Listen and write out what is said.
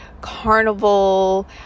carnival